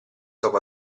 dopo